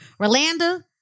Rolanda